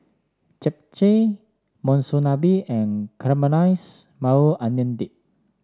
Japchae Monsunabe and Caramelize Maui Onion Dip